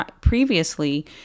previously